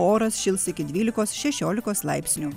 oras šils iki dvylikos šešiolikos laipsnių